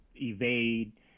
evade